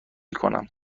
کنم